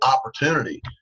opportunity